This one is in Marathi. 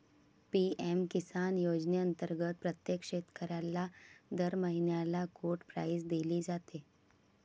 पी.एम किसान योजनेअंतर्गत प्रत्येक शेतकऱ्याला दर महिन्याला कोड प्राईज दिली जाते